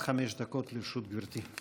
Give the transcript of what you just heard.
עד חמש דקות לרשותך.